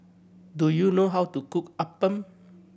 do you know how to cook appam